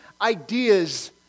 ideas